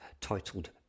titled